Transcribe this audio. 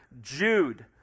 Jude